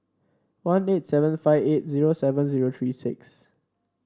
one eight seven five eight zero seven zero three six